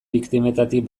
biktimetatik